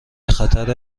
خطر